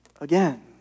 again